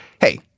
hey